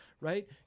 Right